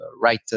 right